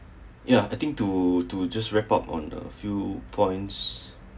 ya I think to to just report on the few points